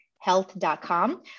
health.com